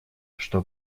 что